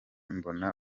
mbona